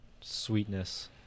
sweetness